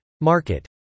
Market